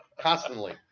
constantly